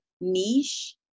niche